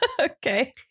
Okay